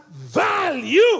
value